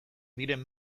diren